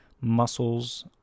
muscles